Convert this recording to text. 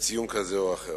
לציון כזה או אחר.